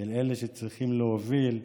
כאלה שצריכים להוביל.